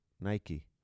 Nike